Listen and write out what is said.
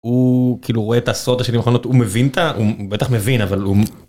הוא כאילו רואה את עשרונות השנים האחרונות הוא מבין את ה..הוא בטח מבין אבל הוא.